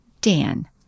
Dan